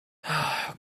how